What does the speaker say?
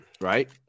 Right